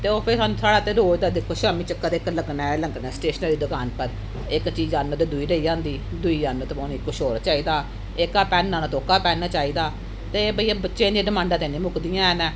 ते ओह् फिर सान साढ़ा रोज दे दिक्खो शामी चक्कर इक लग्गना गै लग्गना ऐ स्टेशनरी दी दकान पर इक चीज आह्न्नो ते दूई रेही जंदी दूई आह्न्नो ते उ'नें गी किश होर चाहिदा एह्का पैन्न आह्न्नो ते ओह्का पैन्न चाहिदा ते भइया बच्चें दियां डिमांडां ते नेईं मुकदियां हैन